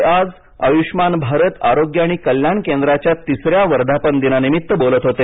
ते आज आयुष्मान भारत आरोग्य आणि कल्याण केंद्राच्या तिसऱ्या वर्धापनदिनानिमित्त बोलत होते